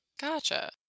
Gotcha